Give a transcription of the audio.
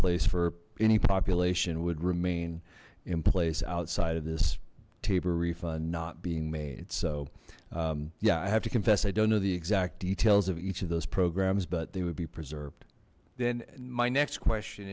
place for any population would remain in place outside of this tabor refund not being made so yeah i have to confess i don't know the exact details of each of those programs but they would be preserved then my next question